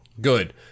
Good